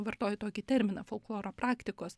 vartoju tokį terminą folkloro praktikos